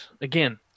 again